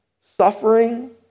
suffering